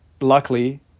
luckily